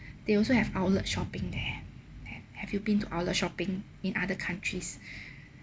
they also have outlet shopping there ha~ have you been to outlet shopping in other countries